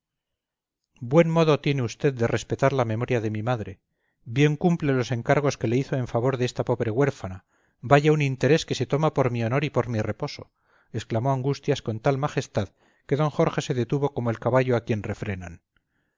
buen modo tiene usted de respetar la memoria de mi madre bien cumple los encargos que le hizo en favor de esta pobre huérfana vaya un interés que se toma por mi honor y por mi reposo exclamó angustias con tal majestad que d jorge se detuvo como el caballo a quien refrenan